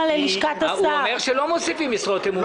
הוא אומר שלא מוסיפים משרות אמון.